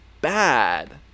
bad